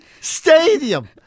stadium